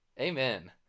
Amen